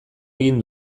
egin